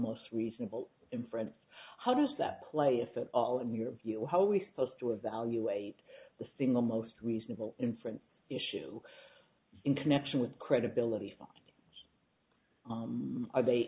most reasonable inference how does that play if at all in your view how we supposed to evaluate the single most reasonable inference issue in connection with credibility for are they